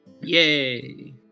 Yay